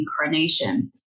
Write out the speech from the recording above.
incarnation